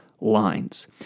lines